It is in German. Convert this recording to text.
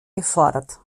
gefordert